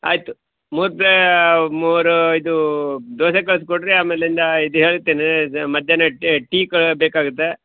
ಆಯಿತು ಮೂರು ಪ್ಲೇ ಮೂರು ಇದು ದೋಸೆ ಕಳಿಸ್ಕೊಡ್ರಿ ಆಮೇಲಿಂದ ಇದು ಹೇಳ್ತೀನಿ ಇದು ಮಧ್ಯಾಹ್ನ ಟೀ ಟೀ ಕ ಬೇಕಾಗುತ್ತೆ